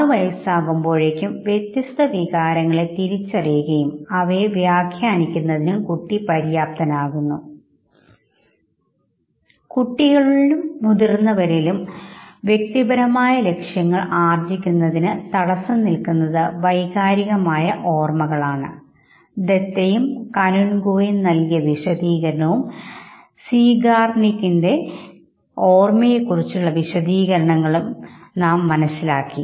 ആറു വയസ്സാകുമ്പോഴേക്കും വ്യത്യസ്ത വികാരങ്ങളെ തിരിച്ചറിയുകയും അവയെ വ്യാഖ്യാനിക്കുന്നതിനും കുട്ടി പര്യാപ്തനാകുന്നു കുട്ടികളിലും മുതിർന്നവരിലുംവ്യക്തിപരമായ ലക്ഷ്യങ്ങൾ ആർജിക്കുന്നതിനും അതിനു തടസ്സം നിൽക്കുന്നതും വൈകാരികമായ ഓർമ്മകളാണ് ദത്തയും കനുൻഗോയും നൽകിയ വിശദീകരണവും സീഗാർനിക്കിന്റെ ഓർമ്മയെ കുറിച്ചുള്ള വിശദീകരണങ്ങളും നാം മനസ്സിലാക്കി